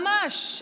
ממש,